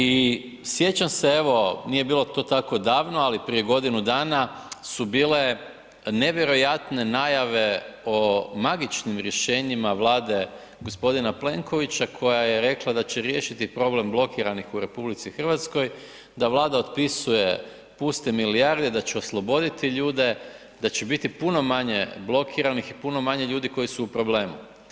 I sjećam se evo nije bilo to tako davno, ali prije godinu dana su bile nevjerojatne najave o magičnim rješenjima Vlade g. Plenkovića koja je rekla da će riješiti problem blokiranih u RH, da Vlada otpisuje puste milijarde, da će osloboditi ljude, da će biti puno manje blokiranih i puno manje ljudi koji su u problemu.